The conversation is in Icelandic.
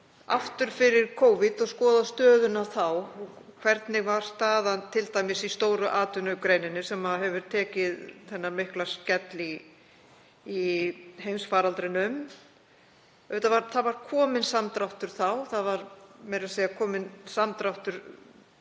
aftur fyrir Covid og skoða stöðuna þá. Hvernig var staðan t.d. í stóru atvinnugreininni sem hefur fengið þennan mikla skell í heimsfaraldrinum? Auðvitað var kominn samdráttur þá. Það var meira að segja kominn samdráttur snemma